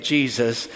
Jesus